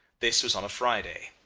this was on a friday.